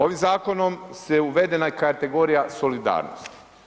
Ovim zakonom uvedena je kategorija solidarnosti.